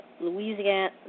Louisiana